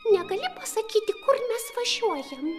negali pasakyti kur mes važiuojam